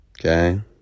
Okay